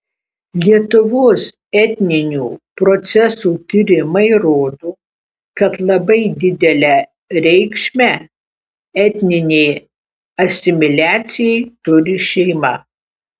lietuvos etninių procesų tyrimai rodo kad labai didelę reikšmę etninei asimiliacijai turi šeima